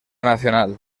nacional